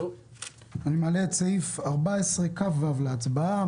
אני מעלה את סעיף 14כו להצבעה.